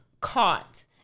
caught